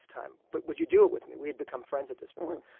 time. but would you do it with me? we had become friends at this point.